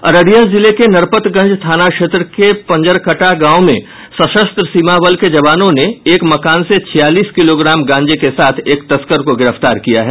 अररिया जिले के नरपतगंज थाना क्षेत्र के पंजरकटा गांव में सशस्त्र सीमा बल के जवानों ने एक मकान से छियालीस किलोग्राम गांजे के साथ एक तस्कर को गिरफ्तार किया है